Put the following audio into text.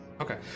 okay